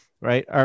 right